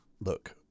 look